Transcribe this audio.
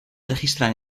registran